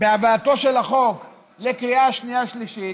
בהבאתו של החוק לקריאה שנייה ושלישית,